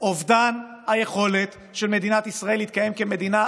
או קריאה לראש הממשלה שלא לכבד את פסיקת בית המשפט העליון.